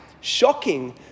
shocking